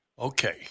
Okay